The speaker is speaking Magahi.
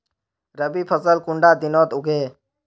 रवि फसल कुंडा दिनोत उगैहे?